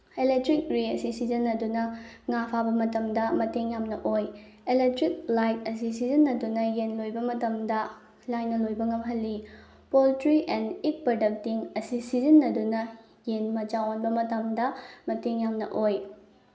electric ꯔꯦ ꯑꯁꯤ ꯁꯤꯖꯤꯟꯅꯗꯨꯅ ꯉꯥ ꯐꯥꯕ ꯃꯇꯝꯗ ꯃꯇꯦꯡ ꯌꯥꯝꯅ ꯑꯣꯏ ꯑꯦꯂꯦꯛꯇ꯭ꯔꯤꯛ ꯂꯥꯏꯠ ꯑꯁꯤ ꯁꯤꯖꯤꯟꯅꯗꯨꯅ ꯌꯦꯟ ꯂꯣꯏꯕ ꯃꯇꯝꯗ ꯂꯥꯏꯅ ꯂꯣꯏꯕ ꯉꯝꯍꯜꯂꯤ ꯄꯣꯜꯇ꯭ꯔꯤ ꯑꯦꯟ ꯏꯛ ꯄ꯭ꯔꯗꯛꯇꯤꯡ ꯑꯁꯤ ꯁꯤꯖꯤꯟꯅꯗꯨꯅ ꯌꯦꯟ ꯃꯆꯥ ꯑꯣꯟꯕ ꯃꯇꯝꯗ ꯃꯇꯦꯡ ꯌꯥꯝꯅ ꯑꯣꯏ